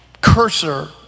cursor